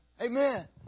Amen